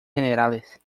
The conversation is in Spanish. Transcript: generales